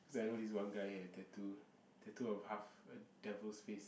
cause I know this one guy he had tattoo tattoo of half a devil's face